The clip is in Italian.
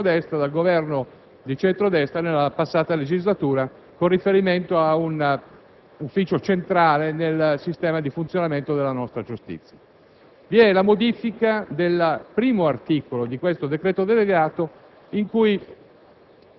dell'intero modello dell'ufficio del pubblico ministero come disegnato dalla maggioranza e dal Governo di centro-destra nella passata legislatura, con riferimento ad un ufficio centrale nel sistema di funzionamento della nostra giustizia.